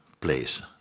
place